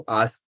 ask